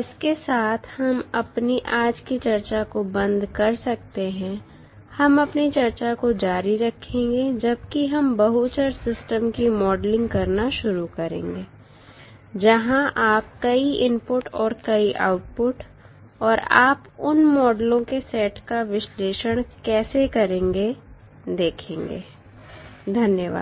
इसके साथ हम अपनी आज की चर्चा को बंद कर सकते हैं हम अपनी चर्चा को जारी रखेंगे जबकि हम बहु चर सिस्टम की मॉडलिंग करना शुरू करेंगे जहाँ आप कई इनपुट और कई आउटपुट और आप उन मॉडलों के सेट का विश्लेषण कैसे करेंगे देखेंगे धन्यवाद